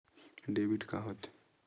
Debit का होथे?